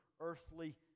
earthly